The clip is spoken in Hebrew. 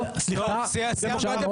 הממשלה.